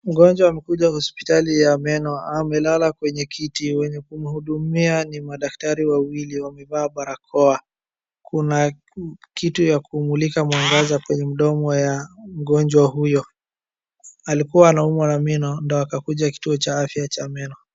Mgonjwa amekuja hospitali ya meno, amelala kwenye kiti, mwenye kumhudumia ni madaktari wawili wamevaa barakoa, kuna kitu ya kumulika mwangaza kwenye mdomo ya mgonjwa huyo. Alikua anaumwa na meno ndio akakuja kituo cha afya cha meno.